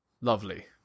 Lovely